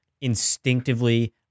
instinctively